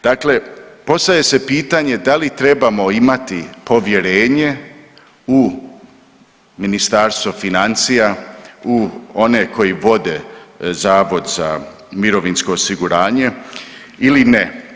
Dakle, postavlja se pitanje da li trebamo imati povjerenje u Ministarstvo financija u one koji vode Zavod za mirovinsko osiguranje ili ne?